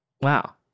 Wow